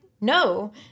no